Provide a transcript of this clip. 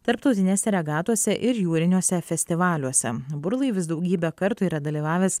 tarptautinėse regatose ir jūriniuose festivaliuose burlaivis daugybę kartų yra dalyvavęs